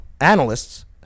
analysts